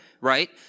right